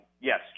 yes